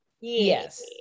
yes